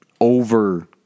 over